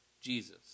Jesus